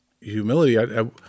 humility